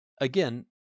Again